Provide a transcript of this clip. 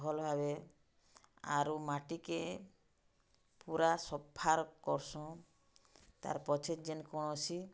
ଭଲ୍ ଭାବେ ଆରୁ ମାଟିକେ ପୁରା ସଫା କର୍ସୁଁ ତାର୍ ପଛେ ଯେନ୍ କୌଣସି